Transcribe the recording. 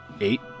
Eight